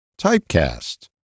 typecast